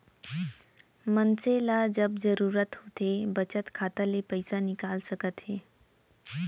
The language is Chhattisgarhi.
मनसे ल जब जरूरत होथे बचत खाता ले पइसा निकाल सकत हे